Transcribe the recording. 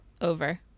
Over